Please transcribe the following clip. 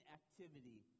activity